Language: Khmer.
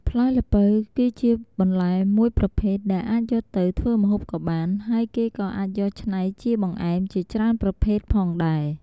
ផ្លែល្ពៅ គឺបន្លែមួយប្រភេទដែលអាចយកទៅធ្វើម្ហូបក៏បាន ហើយគេក៏អាចយកច្នៃជាបង្អែមបានជាច្រើនប្រភេទផងដែរ។